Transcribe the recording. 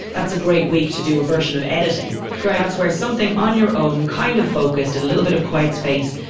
that's a great week to do a version of editing great that's where something on your own kind of focused, a little bit of quiet space.